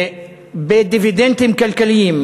בדיבידנדים כלכליים.